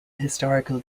historical